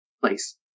place